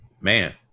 man